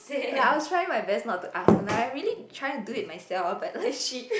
like I was trying my best not to ask and like I really trying to do it myself but like she